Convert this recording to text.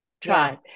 try